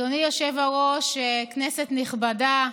אדוני היושב-ראש, כנסת נכבדה,